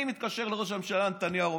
אני מתקשר לראש הממשלה נתניהו,